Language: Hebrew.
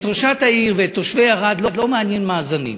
את ראשת העיר, ואת תושבי ערד לא מעניינים מאזנים.